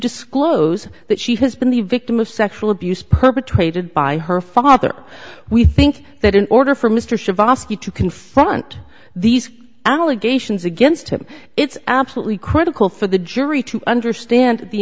disclose that she has been the victim of sexual abuse perpetrated by her father we think that in order for mr to confront these allegations against him it's absolutely critical for the jury to understand the